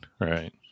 Right